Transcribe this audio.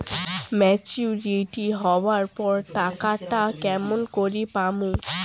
Maturity হবার পর টাকাটা কেমন করি পামু?